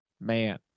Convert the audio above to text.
Man